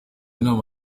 inama